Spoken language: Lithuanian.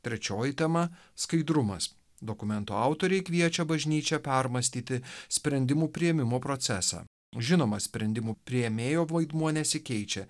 trečioji tema skaidrumas dokumentų autoriai kviečia bažnyčią permąstyti sprendimų priėmimo procesą žinoma sprendimų priėmėjo vaidmuo nesikeičia